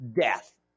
death